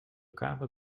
kamer